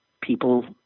people